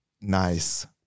nice